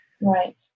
Right